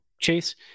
Chase